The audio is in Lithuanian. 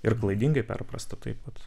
ir klaidingai perprasta taip pat